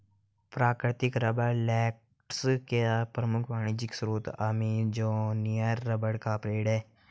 प्राकृतिक rubber latex का प्रमुख वाणिज्यिक स्रोत अमेज़ॅनियन रबर का पेड़ है